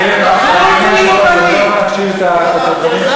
נציג דיפלומטי בסין?